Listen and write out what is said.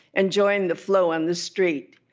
and joined the flow on the street.